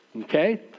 Okay